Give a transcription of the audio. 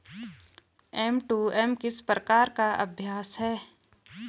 M to M किस प्रकार का अभ्यास है?